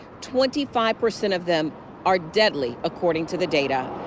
twenty five percent of them are deadly according to the data.